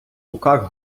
руках